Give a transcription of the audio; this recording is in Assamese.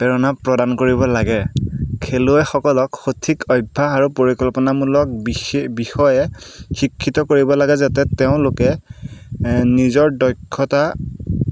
প্ৰেৰণা প্ৰদান কৰিব লাগে খেলুৱৈসকলক সঠিক অভ্যাস আৰু পৰিঅকল্পনামূলক বিষয়ে শিক্ষিত কৰিব লাগে যাতে তেওঁলোকে নিজৰ দক্ষতা